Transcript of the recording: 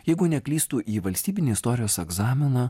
jeigu neklystu į valstybinį istorijos egzaminą